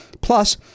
plus